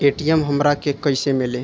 ATM हमरा के कइसे मिली?